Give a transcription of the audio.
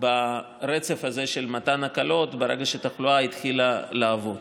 ברצף הזה של מתן הקלות ברגע שהתחלואה התחילה לעלות.